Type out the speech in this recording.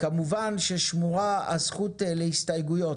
כמובן ששמורה הזכות להסתייגויות.